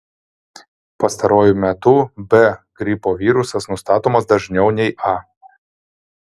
pastaruoju metu b gripo virusas nustatomas dažniau nei a